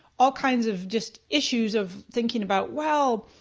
all kinds of just issues of thinking about well,